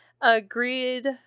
agreed